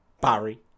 Barry